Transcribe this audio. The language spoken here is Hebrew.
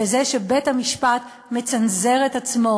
לזה שבית-המשפט מצנזר את עצמו.